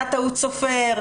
הייתה טעות סופר,